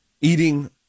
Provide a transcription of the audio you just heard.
eating